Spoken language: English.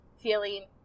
feeling